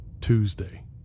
Tuesday